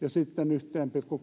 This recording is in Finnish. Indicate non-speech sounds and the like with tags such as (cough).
yhteen pilkku (unintelligible)